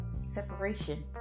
separation